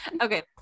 Okay